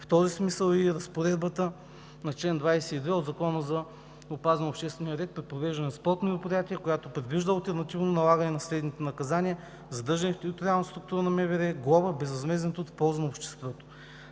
В този смисъл е и разпоредбата на чл. 22 от Закона за опазване на обществения ред при провеждане на спортни мероприятия, която предвижда алтернативно налагане на следните наказания: задържане в териториална структура на МВР; глоба; безвъзмезден труд в полза на обществото.